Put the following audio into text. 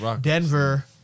Denver